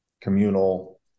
communal